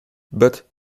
but